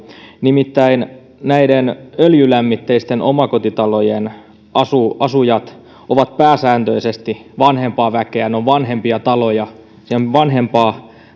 nimittäin näiden öljylämmitteisten omakotitalojen asujat asujat ovat pääsääntöisesti vanhempaa väkeä ne ovat vanhempia taloja siellä on vanhempaa